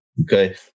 Okay